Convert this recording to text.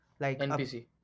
NPC